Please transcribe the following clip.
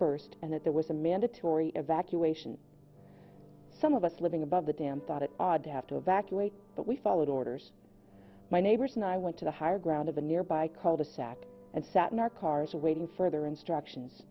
burst and that there was a mandatory evacuation some of us living above the dam thought it odd to have to evacuate but we followed orders my neighbors and i went to higher ground in the nearby cul de sac and sat in our cars awaiting further instructions